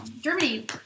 Germany